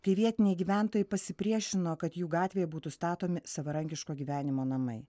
kai vietiniai gyventojai pasipriešino kad jų gatvėje būtų statomi savarankiško gyvenimo namai